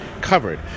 covered